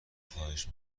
خواهش